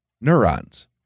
Neurons